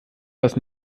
das